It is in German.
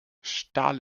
stahl